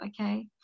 okay